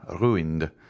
ruined